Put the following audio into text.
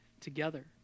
together